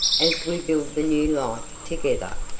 as we build the new life together.